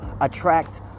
attract